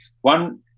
one